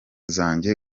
zanjye